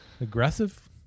aggressive